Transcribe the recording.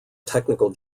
technical